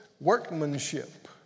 workmanship